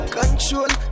Control